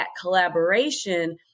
collaboration